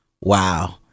Wow